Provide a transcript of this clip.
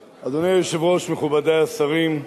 היושב-ראש, מכובדי השרים,